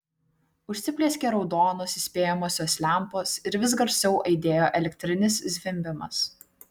užsiplieskė raudonos įspėjamosios lempos ir vis garsiau aidėjo elektrinis zvimbimas